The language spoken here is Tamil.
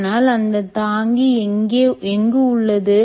ஆனால் அந்த தாங்கி எங்கு உள்ளது